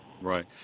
right